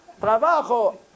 trabajo